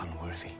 unworthy